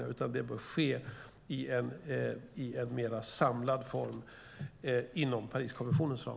Det bör i stället ske i en mer samlad form inom Pariskonventionens ram.